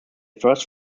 first